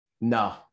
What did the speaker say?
No